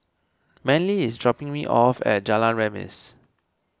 Manley is dropping me off at Jalan Remis